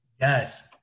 Yes